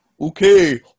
Okay